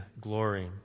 glory